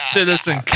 Citizen